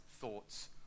thoughts